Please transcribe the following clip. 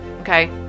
okay